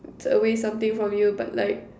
away something from you but like